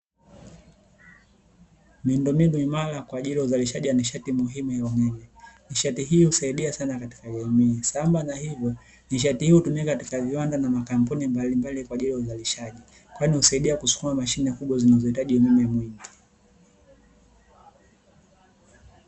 Miundombinu imara kwa ajili ya uzalishaji wa nishati muhimu ya umeme. Nishati hii husaidia sana katika jamii. Sambamba na hivyo, nishati hii hutumika katika viwanda na makampuni mbalimbali kwa ajili ya uzalishaji, kwani husaidia kusukuma mashine kubwa zinazohitaji umeme mwingi.